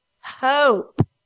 hope